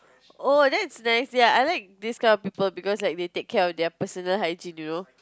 oh that's nice ya I like this kind of people because like they take care of their personal hygiene you know